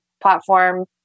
platform